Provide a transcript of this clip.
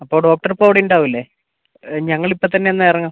അപ്പോൾ ഡോക്ടർ ഇപ്പോൾ അവിടെ ഉണ്ടാവില്ലേ ഞങ്ങളിപ്പത്തന്നെ എന്നാൽ ഇറങ്ങുക